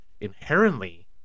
inherently